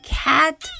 cat